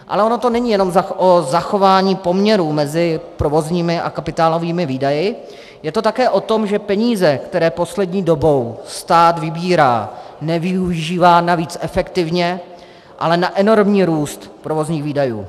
Ale ono to není jenom o zachování poměrů mezi provozními a kapitálovými výdaji, je to také o tom, že peníze, které poslední dobou stát vybírá, nevyužívá navíc efektivně, ale na enormní růst provozních výdajů.